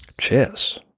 Chess